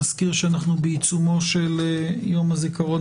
אני מזכיר שאנחנו בעיצומו של יום הזיכרון